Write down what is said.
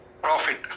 Profit